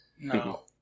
No